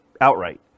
outright